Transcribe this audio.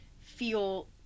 feel